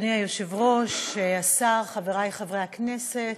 אדוני היושב-ראש, השר, חברי חברי הכנסת,